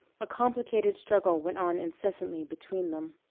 a complicated struggle went on incessantly between them.